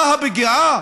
מה הפגיעה?